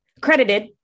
Credited